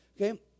Okay